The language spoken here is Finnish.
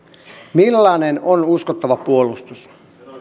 millainen on uskottava puolustus